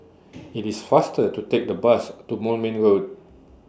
IT IS faster to Take The Bus to Moulmein Road